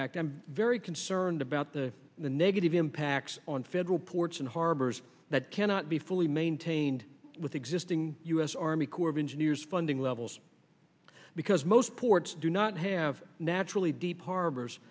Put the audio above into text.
act i'm very concerned about the the negative impacts on federal ports and harbors that cannot be fully maintained with existing u s army corps of engineers funding levels because most ports do not have naturally deep harbors